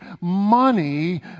money